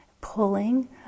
pulling